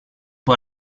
può